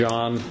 John